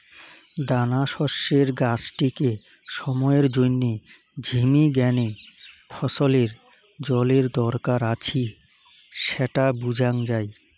দানাশস্যের গাছটিকে সময়ের জইন্যে ঝিমি গ্যানে ফছলের জলের দরকার আছি স্যাটা বুঝাং যাই